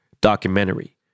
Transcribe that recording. documentary